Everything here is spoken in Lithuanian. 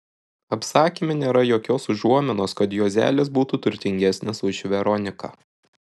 apsakyme nėra jokios užuominos kad juozelis būtų turtingesnis už veroniką